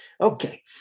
Okay